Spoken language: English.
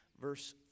verse